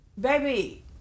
baby